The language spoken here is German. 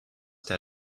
der